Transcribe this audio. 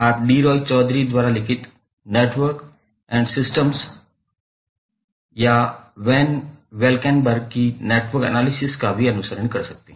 आप D Roy Choudhury D Roy Choudhury द्वारा लिखित network and systems Van Valkenburg की नेटवर्क एनालिसिस का भी अनुसरण कर सकते हैं